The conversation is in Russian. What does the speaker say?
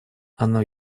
оно